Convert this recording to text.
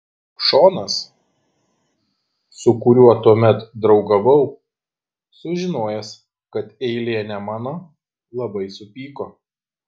šonas su kuriuo tuomet draugavau sužinojęs kad eilė ne mano labai supyko